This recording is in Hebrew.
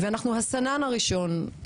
אנחנו הסנן הראשון.